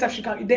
chicago.